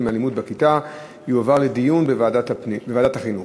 מאלימות בכיתה תועבר לדיון בוועדת החינוך.